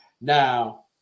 Now